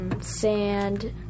sand